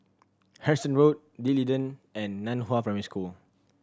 Harrison Road D'Leedon and Nan Hua Primary School